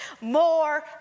more